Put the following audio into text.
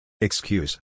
Excuse